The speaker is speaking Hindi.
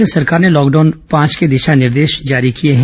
केन्द्र सरकार ने लॉकडाउन पांच के दिशा निर्देश जारी किए हैं